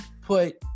put